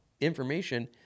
information